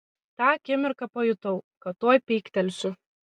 tą akimirką pajutau kad tuoj pyktelsiu